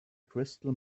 crystal